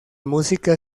música